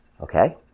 Okay